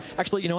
actually, you know